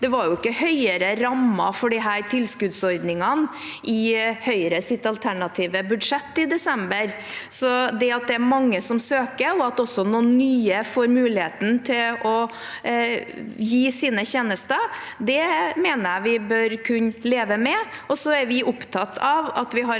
at det ikke var høyere rammer for disse tilskuddsordningene i Høyres alternative budsjett i desember. Så det at det er mange som søker, og at også noen nye får muligheten til å gi sine tjenester, mener jeg vi bør kunne leve med. Vi er opptatt av at vi har